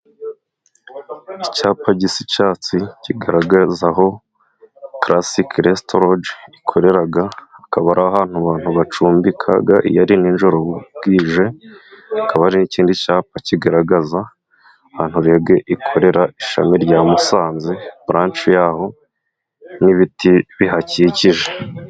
Icyapa gisa n'icyatsi kigaragaza aho karasike resito roge ikorera, Akaba ari ahantu abantu bacumbika iyo nijoro bwije. Hakaba hari ikindi cyapa kigaragaza ahantu rege ikorera ishami rya musanze buranshe yaho nk'ibiti bihakikije.